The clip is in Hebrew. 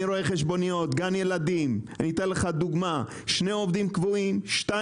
אני אתן לך דוגמה: שני עובדים קבועים ושני